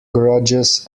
grudges